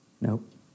Nope